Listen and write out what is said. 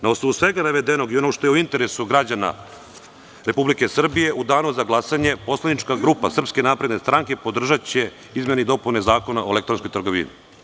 Na osnovu svega navedenog i onog što je u interesu građana Republike Srbije, u danu za glasanje poslanička grupa SNS podržaće izmene i dopune Zakona o elektronskoj trgovini.